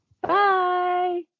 Bye